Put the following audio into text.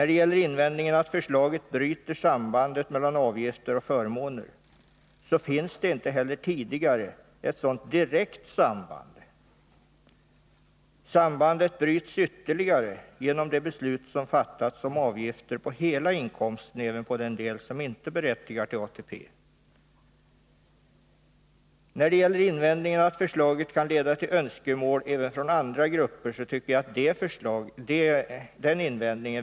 Beträffande invändningen att förslaget bryter sambandet mellan avgifter och förmåner, så har det inte heller hittills funnits ett sådant direkt samband. Sambandet bryts ytterligare genom det beslut som har fattats om avgifter på hela inkomsten, dvs. även på den del som inte berättigar till ATP. Invändningen att förslaget kan leda till önskemål även från andra grupper tycker jag väger ännu lättare.